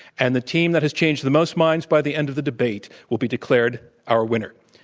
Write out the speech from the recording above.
and the team that has changed the most minds by the end of the debate will be declared our winner.